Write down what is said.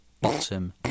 bottom